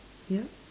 yep